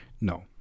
no